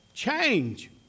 change